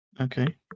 Okay